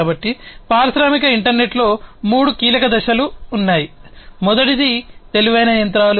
కాబట్టి పారిశ్రామిక ఇంటర్నెట్లో మూడు కీలక అంశాలు ఉన్నాయి మొదటిది తెలివైన యంత్రాలు